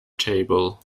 table